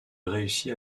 réussit